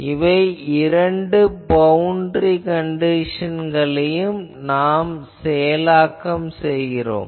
இவை இரண்டு பவுண்டரி கண்டிஷன்களையும் நாம் செயலாக்குகிறோம்